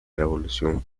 revolución